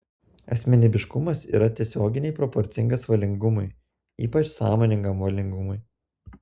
asmenybiškumas yra tiesioginiai proporcingas valingumui ypač sąmoningam valingumui